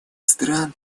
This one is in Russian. стран